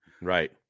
right